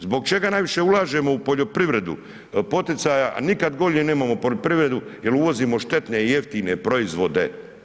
Zbog čega najviše ulažemo u poljoprivredu poticaja a nikad goru nemamo poljoprivredu jer uvozimo štetne i jeftine proizvode.